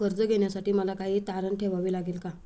कर्ज घेण्यासाठी मला काही तारण ठेवावे लागेल का?